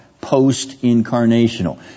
post-incarnational